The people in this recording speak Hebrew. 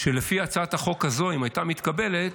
לפי הצעת החוק הזו, אם היא הייתה מתקבלת,